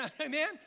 amen